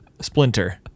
splinter